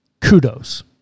Kudos